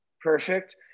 Perfect